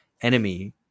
enemy